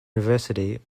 university